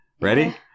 Ready